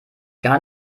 gar